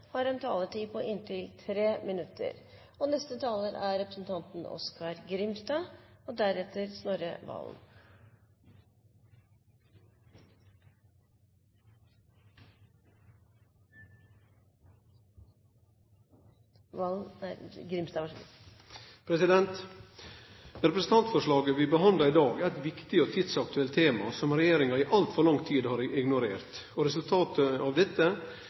har en taletid på inntil 3 minutter. Representantforslaget vi behandlar i dag, er eit viktig og tidsaktuelt tema som regjeringa i altfor lang tid har ignorert. Resultatet av dette